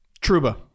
Truba